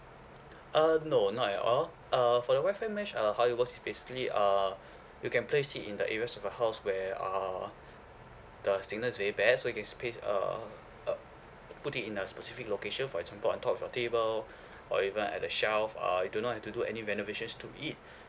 uh no not at all uh for the Wi-Fi mesh uh how it work is basically uh you can place it in the areas of a house where uh the signal is very bad so you can place uh put it in a specific location for example on top of a table or even at the shell uh you do not have to do any renovations to it